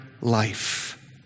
life